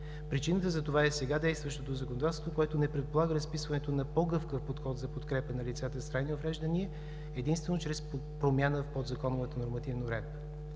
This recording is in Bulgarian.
Причината за това е сега действащото законодателство, което не предполага разписването на по-гъвкав подход за подкрепа на лицата с трайни увреждания единствено чрез промяна в подзаконовата нормативна уредба.